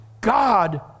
God